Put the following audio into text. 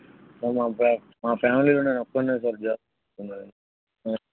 sir మా ఫ్యా మా ఫ్యామిలీలో నేనొక్కడినే సార్ జాబ్ తెచ్చుకుంది